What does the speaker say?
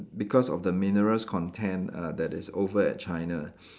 because of the minerals content uh that is over at China